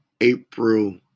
April